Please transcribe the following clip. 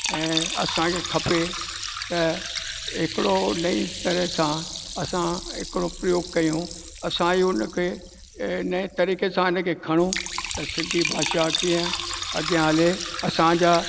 ऐं असांखे खपे त हिकिड़ो नई तरह सां असां हिकिड़ो प्रयोग कयूं असां उनखे ए नए तरीक़े सां हिनखे खणूं त सिंधी भाषा कीअं अॻियां हले असांजा